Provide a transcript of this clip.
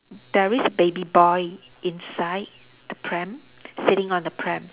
there is a baby boy inside the pram sitting on the pram